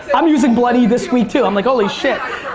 i'm using bloody this week too. i'm like holy shit.